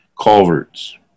culverts